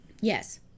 Yes